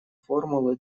формулы